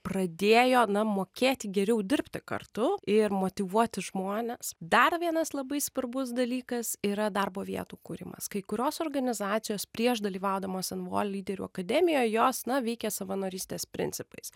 pradėjo na mokėti geriau dirbti kartu ir motyvuoti žmones dar vienas labai svarbus dalykas yra darbo vietų kūrimas kai kurios organizacijos prieš dalyvaudamos nvo lyderių akademijoj jos na veikė savanorystės principais